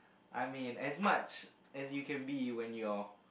I mean as much as you can be when your